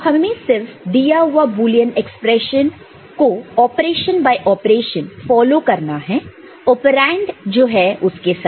तो हमें सिर्फ दिया हुआ बुलियन एक्सप्रेशन को ऑपरेशन बाय ऑपरेशन फॉलो करना है आपरेंड जो है उसके साथ